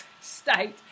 state